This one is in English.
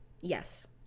Yes